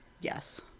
Yes